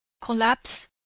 collapse